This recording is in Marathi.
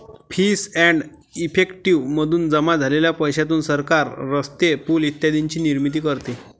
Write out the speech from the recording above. फीस एंड इफेक्टिव मधून जमा झालेल्या पैशातून सरकार रस्ते, पूल इत्यादींची निर्मिती करते